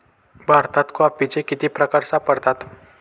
भारतात कॉफीचे किती प्रकार सापडतात?